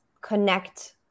connect